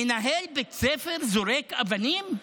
מנהל בית ספר זורק אבנים?